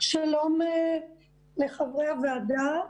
שלום לחברי הוועדה.